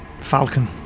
Falcon